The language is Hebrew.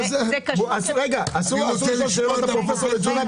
מותר לשאול,